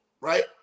right